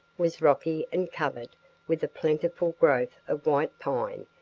was rocky and covered with a plentiful growth of white pine,